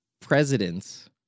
presidents